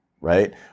right